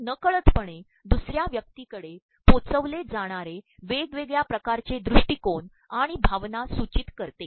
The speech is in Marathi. हेनकळतपणे दसु र्या व्यक्तीकडे पोचप्रवले जाणारे वेगवेगळ्या िकारचे दृष्िीकोन आणण भावना सूचचत करते